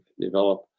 develop